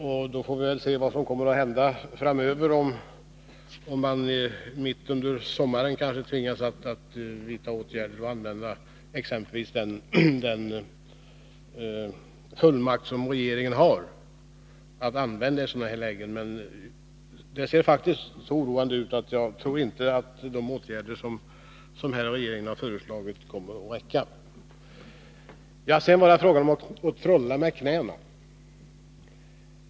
Vi får väl se vad som kommer att hända framöver, t.ex. om man mitt under sommaren tvingas vidta åtgärder och använda den fullmakt regeringen har för sådana här lägen. Men det ser faktiskt så oroande ut att jag inte tror att de åtgärder regeringen föreslagit kommer att räcka. Sedan var det fråga om att trolla med knäna.